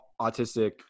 autistic